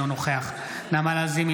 אינו נוכח נעמה לזימי,